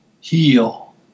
heal